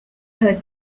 her